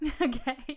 okay